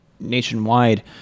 nationwide